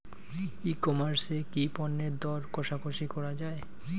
ই commerce এ কি পণ্যের দর কশাকশি করা য়ায়?